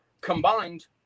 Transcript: combined